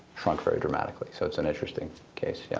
shrunk very dramatically. so it's an interesting case. yeah